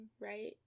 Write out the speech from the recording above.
right